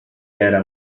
era